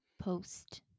post